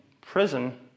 prison